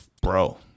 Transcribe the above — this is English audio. bro